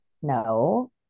snow